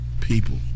People